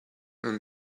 and